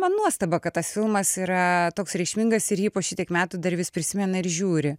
man nuostaba kad tas filmas yra toks reikšmingas ir jį po šitiek metų dar vis prisimena ir žiūri